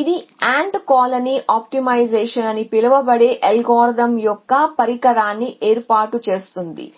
ఇది ant colony optimization అని పిలువబడే అల్గోరిథం యొక్క పరికరాన్ని ఏర్పాటు చేస్తుంది